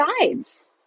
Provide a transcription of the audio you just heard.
sides